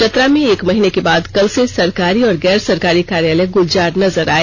चतरा में एक महीने के बाद कल से सरकारी और गैर सरकारी कार्यालय गुलजार नजर आए